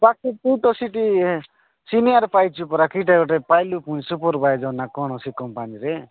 ତୁ ତ ସେଠି ସିନିୟର ପାଇଛୁ ପରା କେଇଟାରରେ ଗୋଟେ ପାଇଲୁ ସୁପରଭାଇଜର୍ ନା କ'ଣ ସେ କମ୍ପାନୀରେ